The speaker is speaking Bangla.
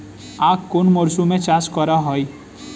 আখ কোন মরশুমে চাষ করা হয়?